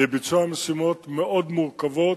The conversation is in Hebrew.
בביצוע משימות מאוד מורכבות,